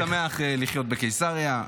הייתי שמח לחיות בקיסריה.